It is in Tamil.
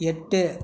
எட்டு